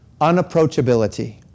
unapproachability